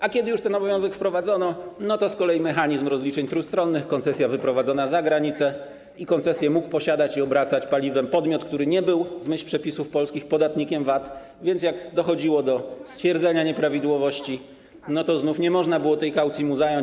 A kiedy już ten obowiązek wprowadzono, to z kolei był mechanizm rozliczeń trójstronnych, koncesja wyprowadzona za granicę, koncesję mógł posiadać i mógł obracać paliwem podmiot, który nie był w myśl polskich przepisów podatnikiem VAT, więc jak dochodziło do stwierdzenia nieprawidłowości, to znów nie można było tej kaucji mu zająć.